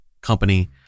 company